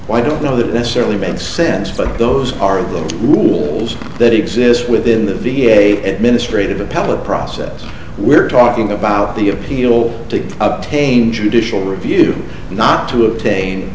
veterans i don't know that necessarily makes sense but those are the rules that exist within the v a administrative appellate process we're talking about the appeal to obtain judicial review not to obtain